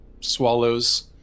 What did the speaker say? swallows